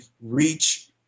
reach